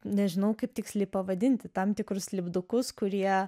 nežinau kaip tiksliai pavadinti tam tikrus lipdukus kurie